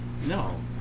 No